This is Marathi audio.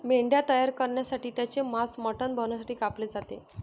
मेंढ्या तयार करण्यासाठी त्यांचे मांस मटण बनवण्यासाठी कापले जाते